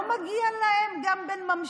לא מגיע גם להם בן ממשיך?